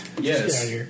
Yes